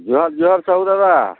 ଜୁହାର ଜୁହାର ସାହୁ ଦାଦା